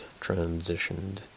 transitioned